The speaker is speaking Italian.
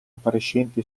appariscente